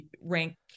rank